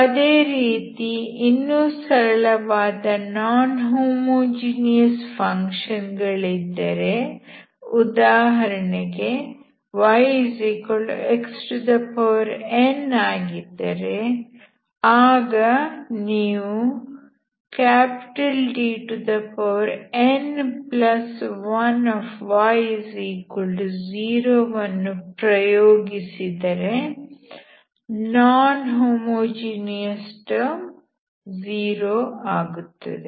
ಅದೇ ರೀತಿ ಇನ್ನು ಸರಳವಾದ ನಾನ್ ಹೋಮೋಜಿನಿಯಸ್ ಫಂಕ್ಷನ್ ಗಳಿದ್ದರೆ ಉದಾಹರಣೆಗೆ yxn ಆಗಿದ್ದರೆ ಆಗ ನೀವು Dn1y0 ವನ್ನು ಪ್ರಯೋಗಿಸಿದರೆ ನಾನ್ ಹೋಮೋಜೀನಿಯಸ್ ಟರ್ಮ್ 0 ಆಗುತ್ತದೆ